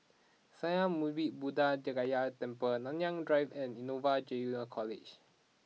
Sakya Muni Buddha Gaya Temple Nanyang Drive and Innova Junior College